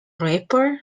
rapper